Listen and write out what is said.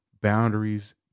Boundaries